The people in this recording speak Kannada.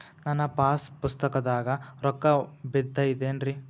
ನನ್ನ ಪಾಸ್ ಪುಸ್ತಕದಾಗ ರೊಕ್ಕ ಬಿದ್ದೈತೇನ್ರಿ?